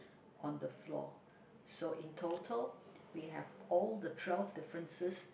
on the floor so in total we have all the twelve differences